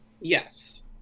Yes